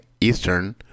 Eastern